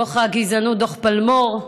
דוח פלמור,